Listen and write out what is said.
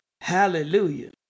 Hallelujah